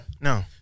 No